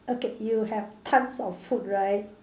okay you have tons of food right